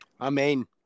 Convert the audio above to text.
Amen